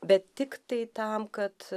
bet tiktai tam kad